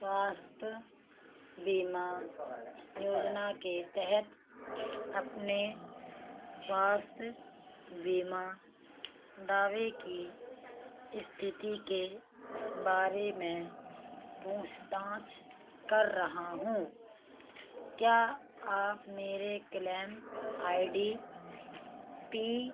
स्वास्थ्य बीमा योजना के तहत अपने स्वास्थ्य बीमा दावे की स्थिति के बारे में पूछताछ कर रहा हूँ क्या आप मेरे क्लेम आई डी पी